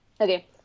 Okay